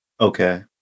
Okay